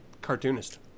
cartoonist